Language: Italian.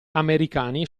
americani